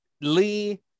Lee